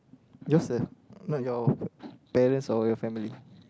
just a not your parents or your family